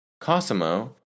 Cosimo